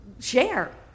share